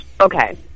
Okay